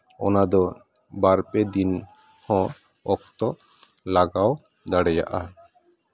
ᱚᱱᱟᱫᱚ ᱵᱟᱨᱯᱮ ᱫᱤᱱᱦᱚᱸ ᱚᱠᱛᱚ ᱞᱟᱜᱟᱣ ᱫᱟᱲᱮᱭᱟᱜᱼᱟ